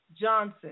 Johnson